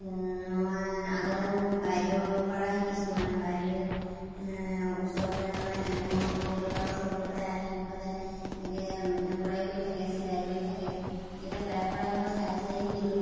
মই আগতে মোৰ বাইদেউৰ পৰা শিকিছিলোঁ মানে বাইদেউৱে ওচৰতে মানে মই পঢ়ি থকা ওচৰতে আহি পেলাই এনেকৈ এম্ব্ৰইদাৰি কৰি থাকে চিলাই কৰি থাকে তেতিয়া তাইৰ পৰাই মই চাই চাই শিকিলোঁ